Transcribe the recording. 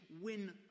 win